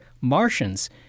Martians—